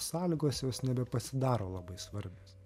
sąlygos jos nebepasidaro labai svarbios